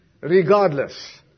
Regardless